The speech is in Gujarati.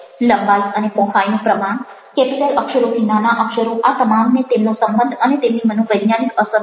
લંબાઈ અને પહોળાઈનું પ્રમાણ કેપિટલ અક્ષરોથી નાના અક્ષરો આ તમામને તેમનો સંબંધ અને તેમની મનોવૈજ્ઞાનિક અસર હોય છે